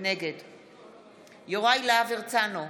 נגד יוראי להב הרצנו,